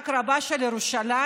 רק רבה של ירושלים,